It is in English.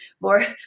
more